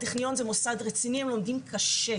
הטכניון זה מוסד רציני, הם לומדים קשה.